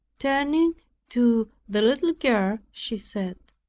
turning to the little girl, she said,